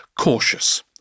cautious